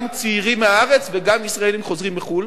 גם צעירים מהארץ וגם ישראלים חוזרים מחו"ל,